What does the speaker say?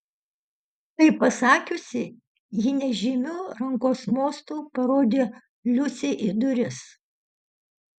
tai pasakiusi ji nežymiu rankos mostu parodė liusei į duris